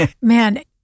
Man